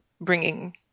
bringing